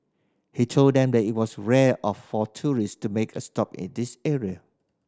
he told them that it was rare of for tourist to make a stop at this area